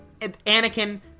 Anakin